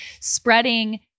spreading